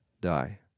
die